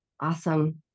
Awesome